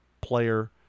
player